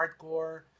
hardcore